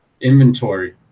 inventory